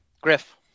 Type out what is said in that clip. Griff